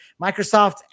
Microsoft